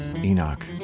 Enoch